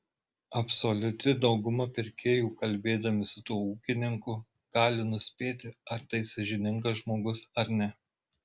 absoliuti dauguma pirkėjų kalbėdami su tuo ūkininku gali nuspėti ar tai sąžiningas žmogus ar ne